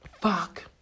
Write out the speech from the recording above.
Fuck